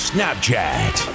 Snapchat